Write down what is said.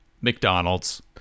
McDonald's